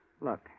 Look